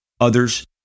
others